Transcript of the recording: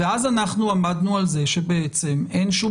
ואז אנחנו עמדנו על זה שבעצם אין שום